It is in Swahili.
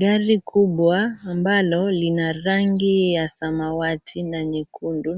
Gari kubwa ambalo lina rangi ya samawati n na nyekundu